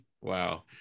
wow